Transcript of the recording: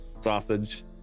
Sausage